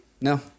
No